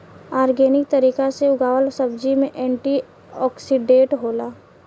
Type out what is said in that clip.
organic तरीका से उगावल सब्जी में एंटी ओक्सिडेंट होला